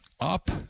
Up